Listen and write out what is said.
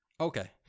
Okay